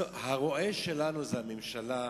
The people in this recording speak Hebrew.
הרועה שלנו זה הממשלה,